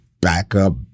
backup